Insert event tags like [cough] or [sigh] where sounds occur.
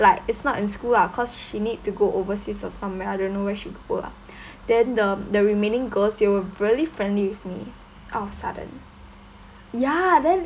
like it's not in school lah cause she need to go overseas or somewhere I don't know where she go lah [noise] then the the remaining girls they were really friendly with me out of sudden ya then